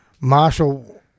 Marshall